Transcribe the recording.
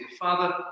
Father